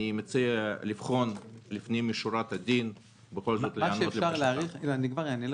אני מציע לבחון לפנים משורת הדין -- אני כבר אענה לך: